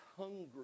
hungry